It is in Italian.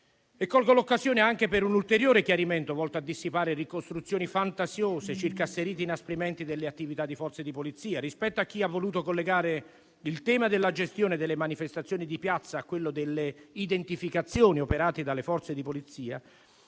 Colgo l'occasione anche per un ulteriore chiarimento volto a dissipare ricostruzioni fantasiose circa asseriti inasprimenti delle attività di Forze di polizia. Rispetto a chi ha voluto collegare il tema della gestione delle manifestazioni di piazza a quello delle identificazioni operate dalle Forze di polizia,